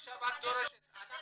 מטפל בהם --- עכשיו את דורשת --- כן,